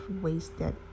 wasted